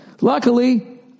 Luckily